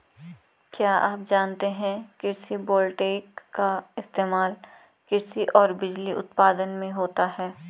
क्या आप जानते है कृषि वोल्टेइक का इस्तेमाल कृषि और बिजली उत्पादन में होता है?